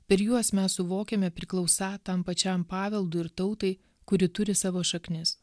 per juos mes suvokiame priklausą tam pačiam paveldui ir tautai kuri turi savo šaknis